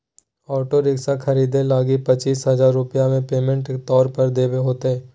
auto rickshaw खरीदे लगी पचीस हजार रूपया पेमेंट के तौर पर देवे होतय